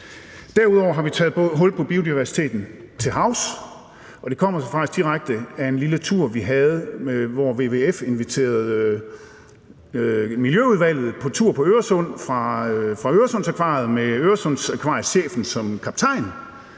Derudover har vi taget hul på biodiversiteten til havs, og det kommer sig faktisk direkte af en lille tur, vi havde, hvor WWF inviterede Miljøudvalget på tur på Øresund fra Øresundsakvariet med chefen for Øresundsakvariet som kaptajn.